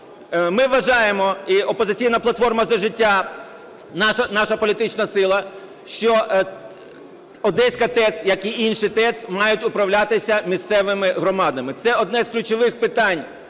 Ми вважаємо і "Опозиційна платформа – За життя", наша політична сила, що Одеська ТЕЦ, як і інші ТЕЦ, мають управлятися місцевими громадами. Це одне з ключових питань